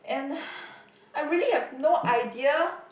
and I really have no idea